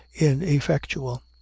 ineffectual